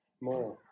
more